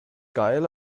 geil